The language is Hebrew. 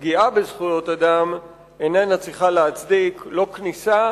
פגיעה בזכויות האדם איננה צריכה להצדיק לא כניסה